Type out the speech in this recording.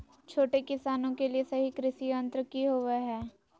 छोटे किसानों के लिए सही कृषि यंत्र कि होवय हैय?